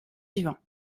vivants